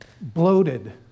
bloated